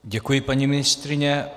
Děkuji, paní ministryně.